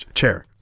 chair